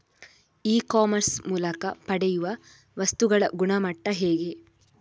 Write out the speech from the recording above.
E commerce ಮೂಲಕ ಪಡೆಯುವ ವಸ್ತುಗಳ ಗುಣಮಟ್ಟ ಹೇಗೆ?